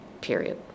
period